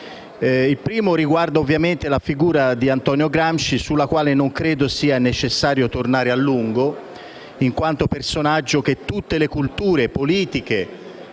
Il primo riguarda la figura di Antonio Gramsci, sulla quale non credo sia necessario tornare a lungo, in quanto personaggio che tutte le culture politiche